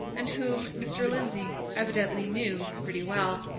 and whom mr. lindsey evidently knew pretty well,